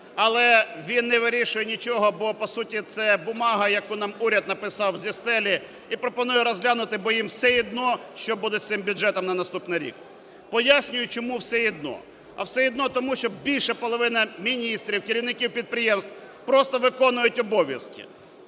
але він не вирішує нічого, бо по суті це бумага, яку нам уряд написав зі стелі і пропонує розглянути, бо їм все одно, що буде з цим бюджетом на наступний рік. Пояснюю, чому все одно. А все одно, тому що більше половини міністрів, керівників підприємств просто виконують обов'язки.